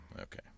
Okay